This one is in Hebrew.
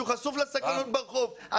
הוא חשוף לסכנות ברחוב,